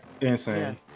Insane